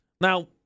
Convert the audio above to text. Now